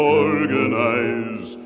organize